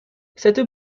cette